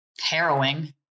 harrowing